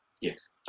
Yes